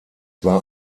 war